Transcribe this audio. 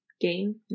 game